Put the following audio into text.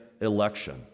election